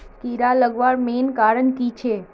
कीड़ा लगवार मेन कारण की छे?